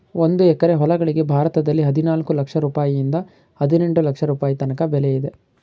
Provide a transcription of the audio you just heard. ಒಂದು ಎಕರೆ ಹೊಲಗಳಿಗೆ ಭಾರತದಲ್ಲಿ ಹದಿನಾಲ್ಕು ಲಕ್ಷ ರುಪಾಯಿಯಿಂದ ಹದಿನೆಂಟು ಲಕ್ಷ ರುಪಾಯಿ ತನಕ ಬೆಲೆ ಇದೆ